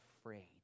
afraid